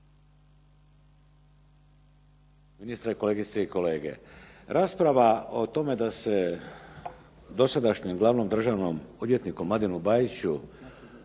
ministre, kolegice i kolege. Rasprava o tome da se dosadašnjem glavnom državnom odvjetniku Mladenu Bajiću